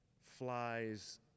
flies